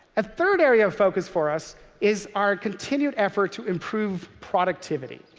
a third area of focus for us is our continued effort to improve productivity.